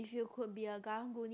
if you could be a Karang-Guni